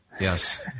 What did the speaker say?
yes